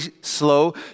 slow